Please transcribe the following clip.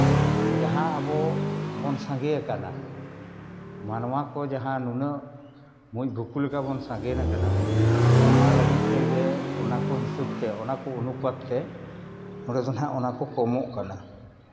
ᱡᱟᱦᱟᱸ ᱟᱵᱚ ᱵᱚᱱ ᱥᱟᱸᱜᱮᱭᱟᱠᱟᱱᱟ ᱢᱟᱱᱣᱟ ᱠᱚ ᱡᱟᱦᱟᱸ ᱱᱩᱱᱟᱹᱜ ᱢᱩᱡ ᱵᱷᱩᱠᱩ ᱞᱮᱠᱟ ᱵᱚᱱ ᱥᱟᱸᱜᱮ ᱟᱠᱟᱱᱟ ᱚᱱᱟ ᱞᱟᱹᱜᱤᱫ ᱛᱮᱜᱮ ᱚᱱᱟ ᱠᱚ ᱦᱤᱥᱟᱹᱵᱽ ᱥᱮ ᱚᱱᱟᱠᱚ ᱚᱱᱩᱯᱟᱛ ᱛᱮ ᱚᱸᱰᱮ ᱫᱚ ᱦᱟᱸᱜ ᱚᱱᱟᱠᱚ ᱠᱚᱢᱚᱜ ᱠᱟᱱᱟ